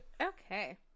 Okay